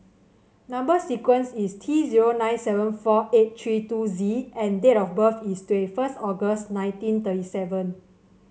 number sequence is T zero nine seven four eight three two Z and date of birth is twenty first August nineteen thirty seven